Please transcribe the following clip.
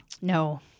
No